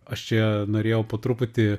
aš čia norėjau po truputį